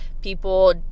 people